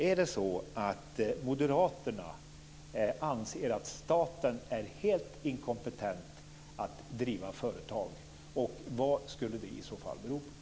Är det så att moderaterna anser att staten är helt inkompetent att driva företag, och vad skulle det i så fall bero på?